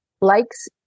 likes